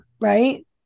Right